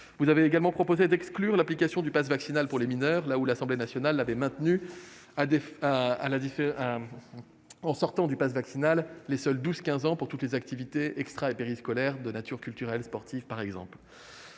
Vous avez également proposé d'exclure l'application du passe vaccinal aux mineurs, alors que l'Assemblée nationale avait souhaité en exempter les seuls 12-15 ans pour toutes les activités extra et périscolaires, de nature culturelle ou sportive par exemple.